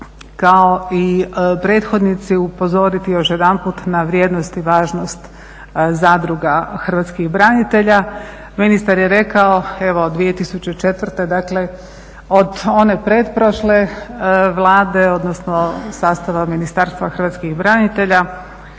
kao i prethodnici upozoriti još jedanput na vrijednost i važnost zadruga hrvatskih branitelja. Ministar je rekao evo 2004. dakle od one pretprošle Vlade, odnosno sastava Ministarstva hrvatskih branitelja